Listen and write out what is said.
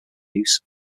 use